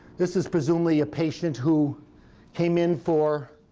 this is presumably a patient who came in for